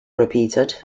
repeated